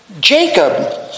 Jacob